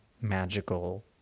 magical